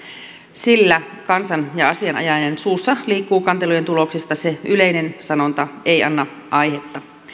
sillä kansan ja asianajajien suussa liikkuu kantelujen tuloksista se yleinen sanonta ei anna aihetta